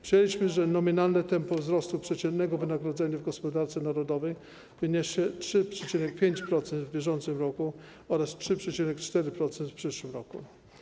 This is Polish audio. Przyjęliśmy, że nominalne tempo wzrostu przeciętnego wynagrodzenia w gospodarce narodowej wyniesie 3,5% w bieżącym roku oraz 3,4% w przyszłym roku.